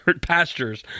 pastures